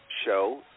show